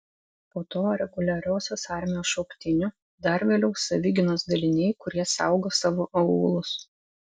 po to reguliariosios armijos šauktinių dar vėliau savigynos daliniai kurie saugo savo aūlus